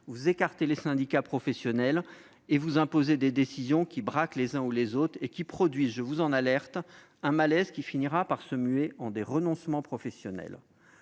vous écartez les syndicats professionnels et vous imposez des décisions qui braquent les uns ou les autres, et qui produisent, je vous en avertis, un malaise qui finira par se muer en des renoncements professionnels.